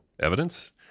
evidence